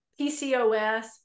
PCOS